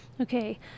Okay